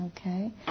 Okay